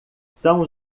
são